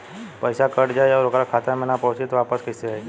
पईसा कट जाई और ओकर खाता मे ना पहुंची त वापस कैसे आई?